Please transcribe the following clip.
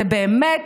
זה באמת,